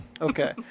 Okay